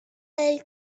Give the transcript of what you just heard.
dels